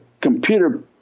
computer